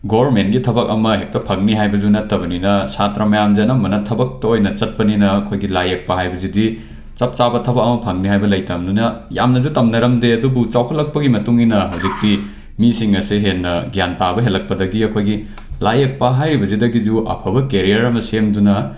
ꯒꯕꯔꯃꯦꯟꯒꯤ ꯊꯕꯛ ꯑꯃꯍꯦꯛꯇ ꯐꯪꯒꯅꯤ ꯍꯥꯏꯕꯁꯨ ꯅꯠꯇꯕꯅꯤꯅ ꯁꯥꯇ꯭ꯔꯥ ꯃꯌꯥꯝꯁꯦ ꯑꯅꯝꯕꯅ ꯊꯕꯛꯇ ꯑꯣꯏꯅ ꯆꯠꯄꯅꯤꯅ ꯑꯩꯈꯣꯏꯒꯤ ꯂꯥꯏ ꯌꯦꯛꯄ ꯍꯥꯏꯕꯁꯤꯗꯤ ꯆꯞ ꯆꯥꯕ ꯊꯕꯛ ꯑꯃ ꯐꯪꯅꯤ ꯍꯥꯏꯕ ꯂꯩꯇꯕꯅꯤꯅ ꯌꯥꯝꯅꯁꯨ ꯇꯝꯅꯔꯝꯗꯦ ꯑꯗꯨꯕꯨ ꯆꯥꯎꯈꯠꯂꯛꯄꯒꯤ ꯃꯇꯨꯡ ꯏꯟꯟ ꯍꯧꯖꯤꯛꯇꯤ ꯃꯤꯁꯤꯡ ꯑꯁꯤ ꯍꯦꯟꯅ ꯒ꯭ꯌꯥꯟ ꯇꯥꯕ ꯍꯦꯜꯂꯛꯄꯗꯒꯤ ꯑꯩꯈꯣꯏꯒꯤ ꯂꯥꯏ ꯌꯦꯛꯄ ꯍꯥꯏꯔꯤꯕꯁꯤꯗꯒꯤꯁꯨ ꯑꯐꯕ ꯀꯦꯔꯤꯌꯔ ꯑꯃ ꯁꯦꯝꯗꯨꯅ